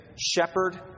shepherd